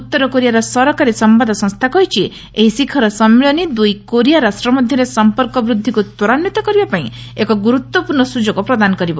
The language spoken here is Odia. ଉତ୍ତର କୋରିଆର ସରକାରୀ ସମ୍ବାଦ ସଂସ୍ଥା କହିଛି ଏହି ଶିଖର ସମ୍ମିଳନୀ ଦୁଇ କୋରିଆ ରାଷ୍ଟ୍ର ମଧ୍ୟରେ ସମ୍ପର୍କ ବୃଦ୍ଧିକୁ ତ୍ୱରାନ୍ୱିତ କରିବା ପାଇଁ ଏକ ଗୁରୁତ୍ୱପୂର୍ଣ୍ଣ ସୁଯୋଗ ପ୍ରଦାନ କରିବ